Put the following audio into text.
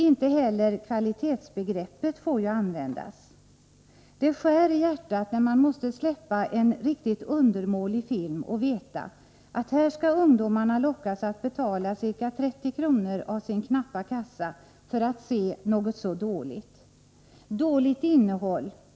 Inte heller kvalitetsbegreppet får användas. Det skär i hjärtat när man måste släppa en riktigt undermålig film och vet att ungdomarna här skall lockas att betala ca 30 kr. av sin knappa kassa för att se något så dåligt. Dåligt innehåll.